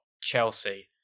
Chelsea